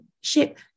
ship